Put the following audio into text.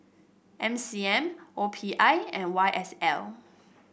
N C M O P I and Y S L